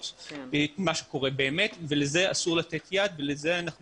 את מה שקורה באמת ולזה אסור לתת יד ולזה אנחנו